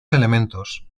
elementos